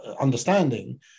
understanding